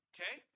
Okay